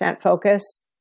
focus